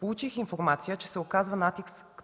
Получих информация, че се оказва